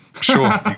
sure